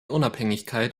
unabhängigkeit